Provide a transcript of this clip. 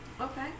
okay